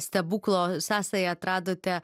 stebuklo sąsają atradote